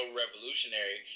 revolutionary